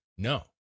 No